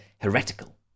heretical